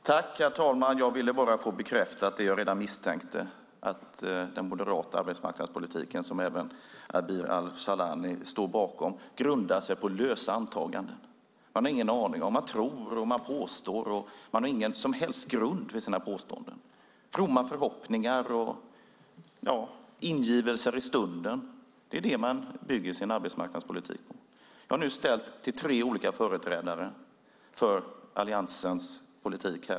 Herr talman! Jag ville bara få bekräftat det jag redan misstänkte: Den moderata arbetsmarknadspolitiken som även Abir Al-Sahlani står bakom grundar sig på lösa antaganden. Man har ingen aning. Man tror, och man påstår, men man har ingen som helst grund för sina påståenden. Fromma förhoppningar och ingivelser i stunden - det är det man bygger sin arbetsmarknadspolitik på. Jag har nu ställt tre enkla frågor till tre olika företrädare för Alliansens politik.